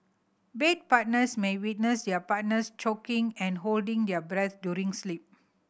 bed partners may witness their partners choking and holding their breath during sleep